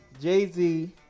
Jay-Z